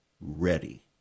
ready